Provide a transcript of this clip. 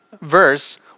verse